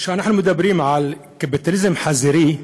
כשאנחנו מדברים על קפיטליזם חזירי,